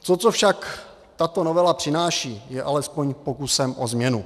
To, co však tato novela přináší, je alespoň pokusem o změnu.